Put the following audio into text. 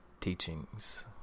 teachings